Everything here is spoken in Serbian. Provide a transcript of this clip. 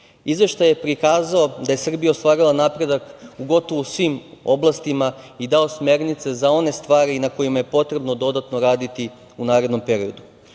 Izveštaj je prikazao da je Srbija ostvarila napredak u gotovo svim oblastima i dao smernice za one stvari na kojima je potrebno dodatno raditi u narednom periodu. Što